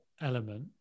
element